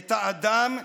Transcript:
את האדם,